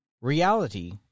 Reality